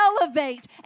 elevate